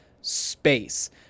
space